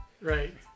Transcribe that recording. right